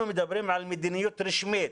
אנחנו מדברים על מדיניות רשמית